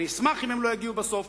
אשמח אם הם לא יגיעו בסוף.